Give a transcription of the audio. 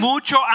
Mucho